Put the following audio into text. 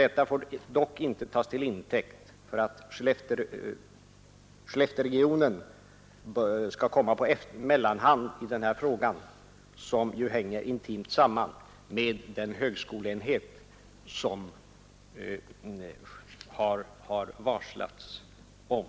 Detta får dock inte tagas till intäkt för att Skellefteregionen kommer på mellanhand i denna fråga, som ju hänger intimt samman med högskoleenheten”, som har varslats om.